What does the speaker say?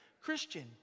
Christian